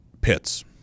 pits